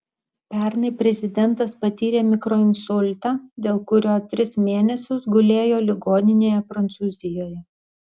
pernai prezidentas patyrė mikroinsultą dėl kurio tris mėnesius gulėjo ligoninėje prancūzijoje